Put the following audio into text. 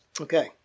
Okay